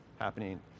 happening